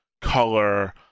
color